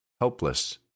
helpless